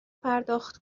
پرداخت